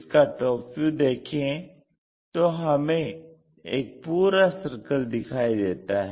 इसका top view देखें तो हमें एक पूरा सर्किल दिखाई देता है